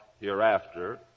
hereafter